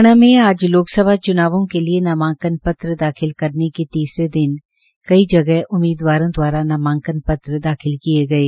हरियाणा में आज लोकसभा चुनावों के लिये नामांकन दाखिल करने के तीसरे दिन कई जगह उममीदवारों द्वारा नामांकन पत्र दाखिल किये गये